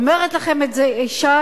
אומרת לכם את זה אשה,